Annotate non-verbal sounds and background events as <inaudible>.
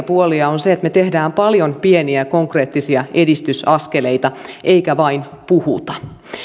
<unintelligible> puolia on se että me teemme paljon pieniä konkreettisia edistysaskeleita emmekä vain puhu